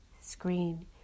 screen